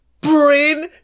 brain